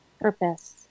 purpose